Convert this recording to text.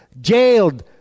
jailed